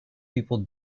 people